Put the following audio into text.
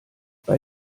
bei